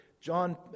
john